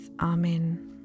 Amen